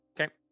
Okay